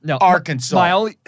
Arkansas